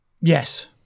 Yes